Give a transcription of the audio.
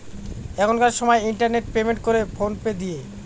এখনকার সময় internet payment করে ফোন পে দিয়ে